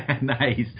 Nice